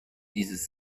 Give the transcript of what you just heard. dieses